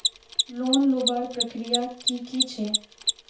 Loan लुबार प्रक्रिया की की छे?